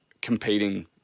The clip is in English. competing